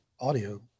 audio